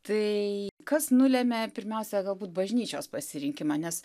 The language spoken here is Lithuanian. tai kas nulėmė pirmiausia galbūt bažnyčios pasirinkimą nes